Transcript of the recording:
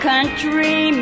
country